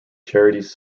charities